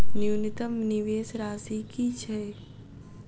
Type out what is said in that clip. न्यूनतम निवेश राशि की छई?